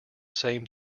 same